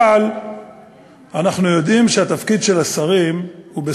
אבל אנחנו יודעים שהתפקיד של השרים הוא,